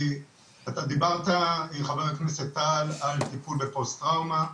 אתה דיברת חבר הכנסת טל על טיפול בפוסט-טראומה.